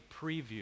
preview